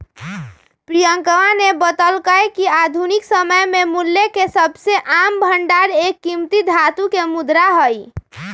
प्रियंकवा ने बतल्ल कय कि आधुनिक समय में मूल्य के सबसे आम भंडार एक कीमती धातु के मुद्रा हई